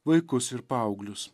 vaikus ir paauglius